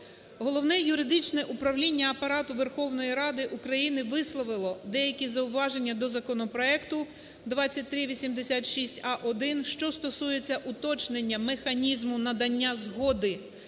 Головне юридичне управління Апарату Верховної Ради України висловило деякі зауваження до законопроекту 2386а-1, що стосуються уточнення механізму надання згоди